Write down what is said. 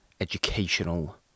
educational